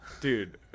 Dude